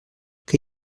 què